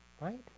Right